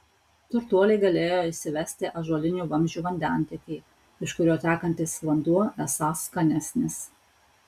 turtuoliai galėjo įsivesti ąžuolinių vamzdžių vandentiekį iš kurio tekantis vanduo esąs skanesnis